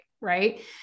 Right